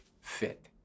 fit